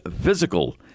physical